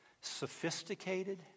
sophisticated